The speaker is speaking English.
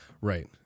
Right